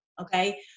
okay